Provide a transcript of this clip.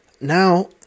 now